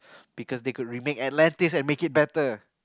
because they could remake Atlantis and make it better